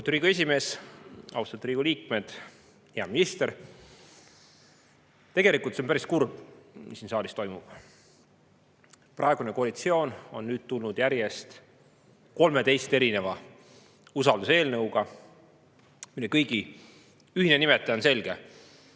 Riigikogu esimees! Austatud Riigikogu liikmed! Hea minister! Tegelikult on päris kurb, mis siin saalis toimub. Praegune koalitsioon on tulnud järjest 13 erineva usalduseelnõuga, mille kõigi ühine nimetaja on selge: